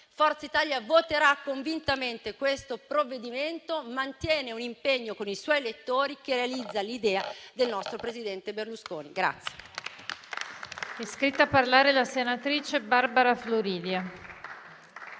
Forza Italia voterà convintamente questo provvedimento, mantenendo un impegno con i suoi elettori che realizza l'idea del nostro presidente Berlusconi.